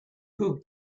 who